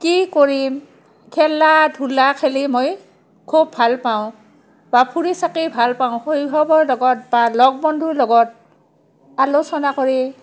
কি কৰিম খেলা ধূলা খেলি মই খুব ভাল পাওঁ বা ফুৰি চাকি ভাল পাওঁ শৈশৱৰ লগত বা লগ বন্ধুৰ লগত আলোচনা কৰি